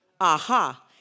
aha